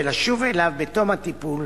ולשוב אליו בתום הטיפול,